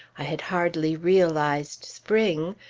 i had hardly realized spring,